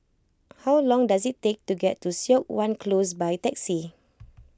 how long does it take to get to Siok Wan Close by taxi